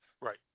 Right